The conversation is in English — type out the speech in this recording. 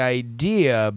idea